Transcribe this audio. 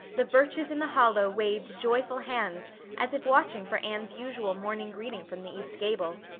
the birches in the hollow waved joyful hands as if watching for anne's usual morning greeting from the east gable.